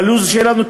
בלו"ז שלנו,